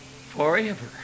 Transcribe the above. forever